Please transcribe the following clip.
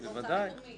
עוד אין לנו נוסח.